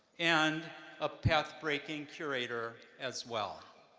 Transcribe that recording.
and a pathbreaking curator, as well.